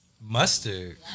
mustard